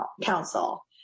Council